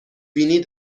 بینی